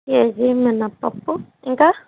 KG మినప్పప్పు ఇంకా